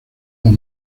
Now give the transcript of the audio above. dos